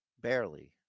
barely